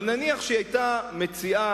אבל נניח שהיא היתה מציעה,